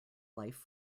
life